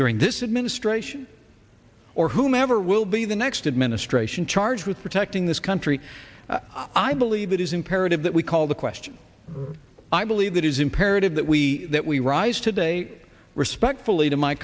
during this administration or whomever will be the next administration charged with protecting this country i believe it is imperative that we call the question i believe it is imperative that we that we rise today respectfully to my